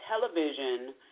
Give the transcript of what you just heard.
television